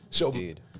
Indeed